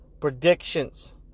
predictions